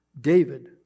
David